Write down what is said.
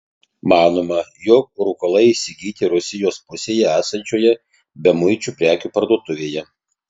manoma jog rūkalai įsigyti rusijos pusėje esančioje bemuičių prekių parduotuvėje